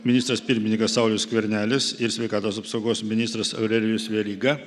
ministras pirmininkas saulius skvernelis ir sveikatos apsaugos ministras aurelijus veryga